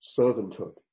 Servanthood